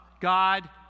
God